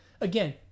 again